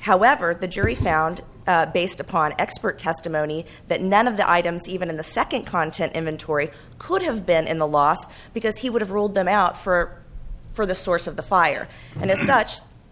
however the jury found based upon expert testimony that none of the items even in the second content inventory could have been in the last because he would have ruled them out for for the source of the fire and if